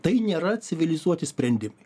tai nėra civilizuoti sprendimai